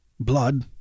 Blood